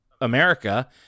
America